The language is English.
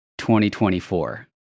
2024